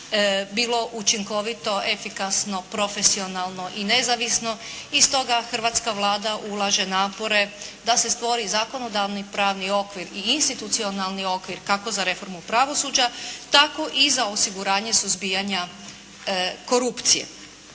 bilo učinkovito, efikasno, profesionalno i nezavisno i stoga hrvatska Vlada ulaže napore da se stvori zakonodavni pravni okvir i institucionalni okvir kako za reformu pravosuđa tako i za osiguranje suzbijanja korupcije.